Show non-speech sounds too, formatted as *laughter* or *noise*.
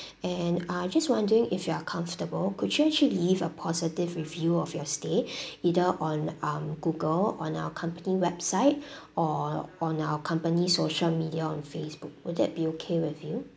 and uh just wondering if you are comfortable could you actually leave a positive review of your stay *breath* either on um google on our company website or on our company social media on Facebook will that be okay with you